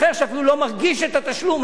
שאפילו לא מרגיש את התשלום הזה,